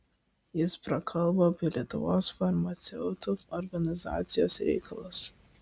jis prakalbo apie lietuvos farmaceutų organizacijos reikalus